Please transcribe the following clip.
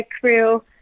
crew